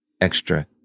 Extra